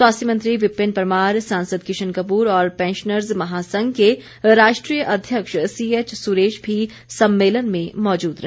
स्वास्थ्य मंत्री विपिन परमार सांसद किशन कपूर और पैंशनर्स महासंघ के राष्ट्रीय अध्यक्ष सीएच सुरेश भी सम्मेलन में मौजूद रहे